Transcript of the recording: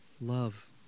love